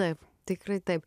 taip tikrai taip